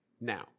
Now